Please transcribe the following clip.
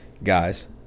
Guys